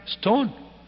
stone